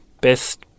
best